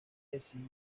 hesse